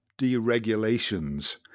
deregulations